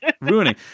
Ruining